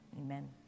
amen